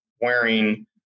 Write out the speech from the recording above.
wearing